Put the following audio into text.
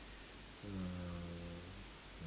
uh